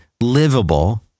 Livable